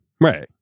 Right